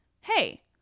hey